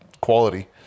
quality